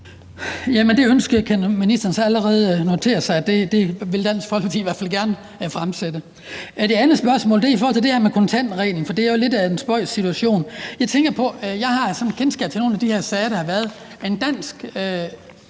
det ønske kan ministeren så allerede notere sig Dansk Folkeparti i hvert fald gerne vil fremsætte. Det andet spørgsmål er i forhold til det her med kontantreglen, for det er jo lidt af en spøjs situation. Jeg har kendskab til nogle af de her sager, der har været. En dansk